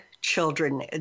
children